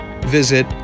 visit